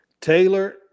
Taylor